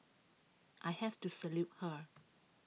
I have to salute her